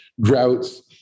droughts